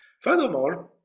Furthermore